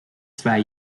zwei